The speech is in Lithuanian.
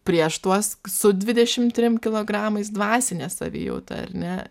prieš tuos su dvidešimt trim kilogramais dvasinė savijauta ar ne